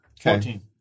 Fourteen